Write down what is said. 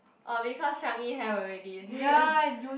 uh because Changi have already